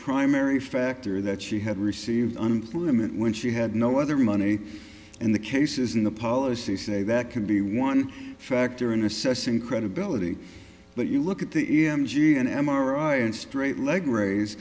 primary factor that she had received unemployment when she had no other money and the cases in the policy say that can be one factor in assessing credibility but you look at the e m g an m r i and straight leg raise